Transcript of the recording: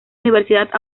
universidad